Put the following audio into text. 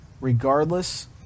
regardless